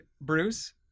Bruce